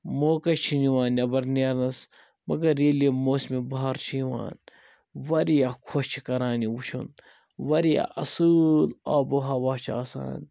موقَے چھُنہٕ یِوان نیٚبَر نیرنَس مگر ییٚلہِ یہِ موسمِ بہار چھُ یِوان واریاہ خۄش چھِ کَران یہِ وٕچھُن واریاہ اَصٕل آب و ہوا چھِ آسان